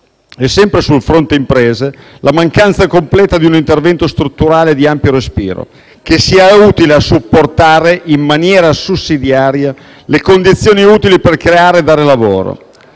e, sempre sul fronte imprese, la mancanza completa di un intervento strutturale di ampio respiro, che sia utile a supportare in maniera sussidiaria le condizioni utili per creare e dare lavoro.